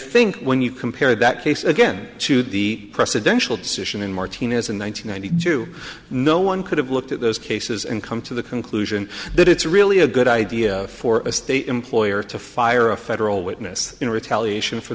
think when you compare that case again to the presidential decision in martinez in one thousand nine hundred two no one could have looked at those cases and come to the conclusion that it's really a good idea for a state employer to fire a federal witness in retaliation for